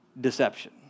deception